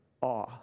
awe